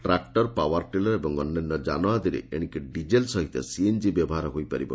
ଟ୍ରାକୁର power tiller ଓ ଅନ୍ୟାନ୍ୟ ଯାନ ଆଦିରେ ଏଣିକି ଡିଜେଲ୍ ସହିତ ସିଏନ୍ଜି ବ୍ୟବହାର ହୋଇପାରିବ